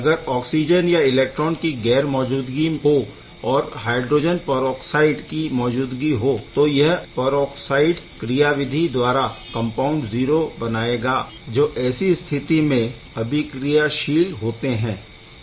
अगर ऑक्सिजन या इलेक्ट्रॉन की गैर मौजूदगी हो और हाइड्रोजन परऑक्साइड की मौजूदगी हो तो यह परऑक्साइड क्रियाविधि द्वारा कम्पाउण्ड 0 बनाएगा जो ऐसी स्थिति में अतिक्रियाशील होते है